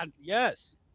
Yes